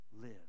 live